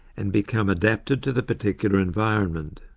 and become adapted to the particular environment.